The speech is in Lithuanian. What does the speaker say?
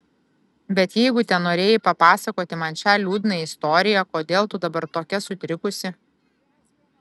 bet jeigu tenorėjai papasakoti man šią liūdną istoriją kodėl tu dabar tokia sutrikusi